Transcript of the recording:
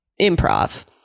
improv